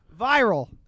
Viral